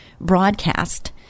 broadcast